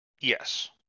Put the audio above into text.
Yes